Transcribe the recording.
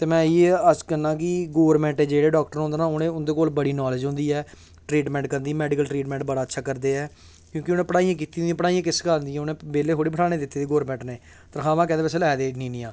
ते में इ'यै अर्ज करना कि जेह्ड़े गौरमैंट डाक्टर होंदे ना उ'नें उं'दे कोल बड़ी नालेज होंदी ऐ ट्रीटमैंट करन दी मैडिकल ट्रीटमैंट बड़ा अच्छा करदे ऐ क्योंकि उ'नें पढ़ाइयां कीती दियां होंदियां पढ़ाइयां किस कम्म आंदियां बेह्ले थोह्ड़े बठानें दित्ते दे गौरमैंट न तनखामां कैह्दे बास्तै लै दे इन्नियां इन्नियां